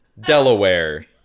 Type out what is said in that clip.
Delaware